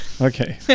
Okay